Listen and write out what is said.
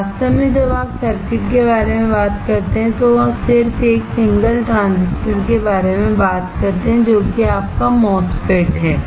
वास्तव में जब आप सर्किट के बारे में बात करते हैं तो सिर्फ 1 सिंगल ट्रांजिस्टर के बारे में बात करते हैं जो कि आपका MOSFETs है